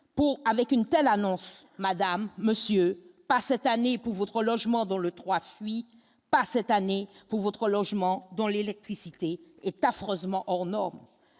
pour avec une telle annonce, madame, monsieur, pas cette année, pour votre logement, dans le 3 fuit pas cette année, pour votre logement dans l'électricité est affreusement hors norme